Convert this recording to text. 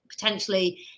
potentially